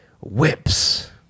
whips